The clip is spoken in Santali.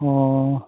ᱦᱮᱸ